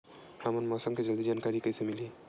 हमला मौसम के जल्दी जानकारी कइसे मिलही?